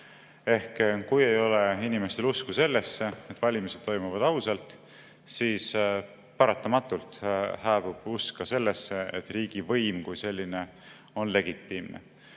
Ehk kui ei ole inimestel usku sellesse, et valimised toimuvad ausalt, siis paratamatult hääbub usk ka sellesse, et riigivõim kui selline on legitiimne.